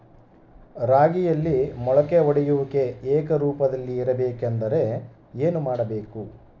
ರಾಗಿಯಲ್ಲಿ ಮೊಳಕೆ ಒಡೆಯುವಿಕೆ ಏಕರೂಪದಲ್ಲಿ ಇರಬೇಕೆಂದರೆ ಏನು ಮಾಡಬೇಕು?